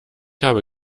habe